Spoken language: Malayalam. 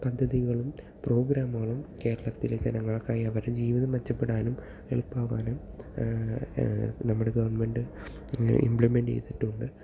പദ്ധതികളും പ്രോഗ്രാമുകളും കേരളത്തിലെ ജനങ്ങൾക്കായി അവരെ ജീവിതം മെച്ചപ്പെടാനും എളുപ്പമാകാനും നമ്മടെ ഗവൺമെൻട് ഇമ്പ്ലിമെൻട് ചെയ്തിട്ടുണ്ട്